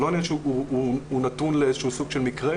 זה לא עניין שהוא נתון לאיזשהו סוג של מקרה.